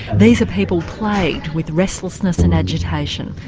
these are people plagued with restlessness and agitation,